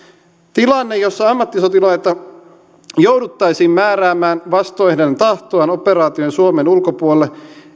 tilanne jossa ammattisotilaita jouduttaisiin määräämään vastoin tahtoaan operaatioon suomen ulkopuolelle